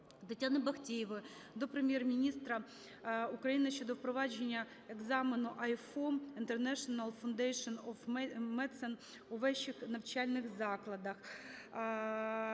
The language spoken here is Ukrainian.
Тетяни Бахтеєвої до Прем'єр-міністра України щодо впровадження екзамену IFOM (International Foundation of Medicine) у вищих навчальних закладах.